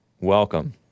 welcome